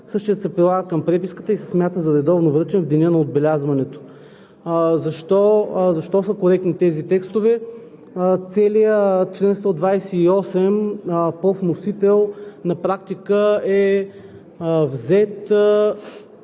Същият се прилага към преписката и се смята за редовно връчен в деня на отбелязването.“ Защо са коректни тези текстове? Целият чл. 128 по вносител на практика е взет